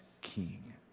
king